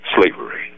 slavery